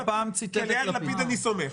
כי על יאיר לפיד אני סומך.